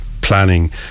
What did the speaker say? planning